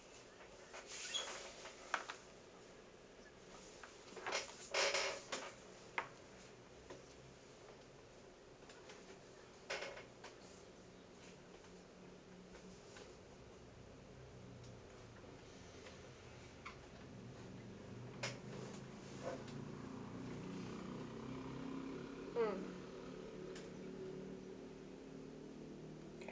mm